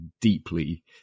deeply